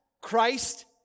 Christ